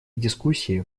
дискуссии